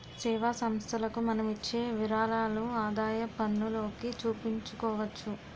సేవా సంస్థలకు మనం ఇచ్చే విరాళాలు ఆదాయపన్నులోకి చూపించుకోవచ్చు